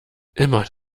immer